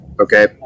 Okay